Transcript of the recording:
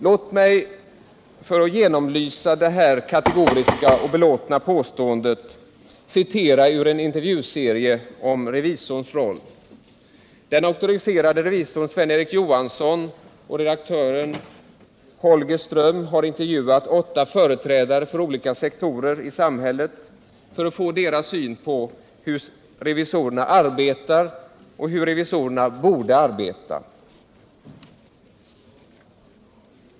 Låt mig få genomlysa det här kategoriska och belåtna påståendet med att citera ur en intervjuserie om revisorns roll. Den auktoriserade revisorn Sven Erik Johansson och redaktören Holger Ström har intervjuat åtta företrädare för olika sektorer i samhället för att få deras syn på hur revisorerna arbetar och hur de borde arbeta.